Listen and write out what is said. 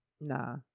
nah